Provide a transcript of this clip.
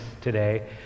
today